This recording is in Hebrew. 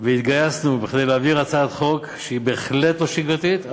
והתגייסנו כדי להעביר הצעת חוק שהיא בהחלט לא שגרתית,